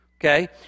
Okay